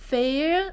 Fair